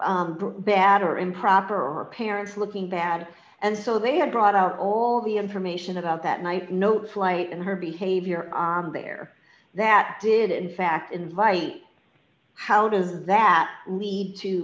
bad or improper or parents looking bad and so they brought out all the information about that night notes light and her behavior there that did in fact invite how does that lead to